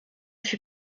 fut